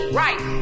right